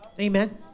Amen